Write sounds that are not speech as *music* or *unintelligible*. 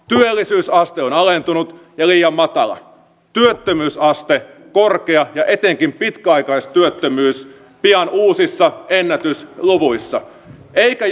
työllisyysaste on alentunut ja liian matala työttömyysaste korkea ja etenkin pitkäaikaistyöttömyys pian uusissa ennätysluvuissa eikä *unintelligible*